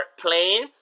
playing